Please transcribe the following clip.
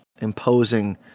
imposing